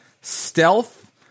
Stealth